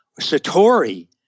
satori